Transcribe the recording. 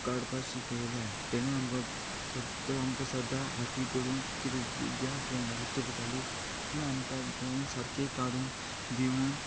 काडपाक शिकयल्या तेणे आमकां सद्दां आमकां सद्दा हाती दवरून कितें ज्या ड्रॉइंगाची चूक जाली ती आमकां ड्रॉइंग सारकी काडून दिवन